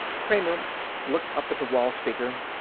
kramer looked up at the wall speaker.